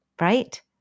right